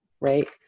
Right